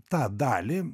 tą dalį